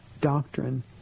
doctrine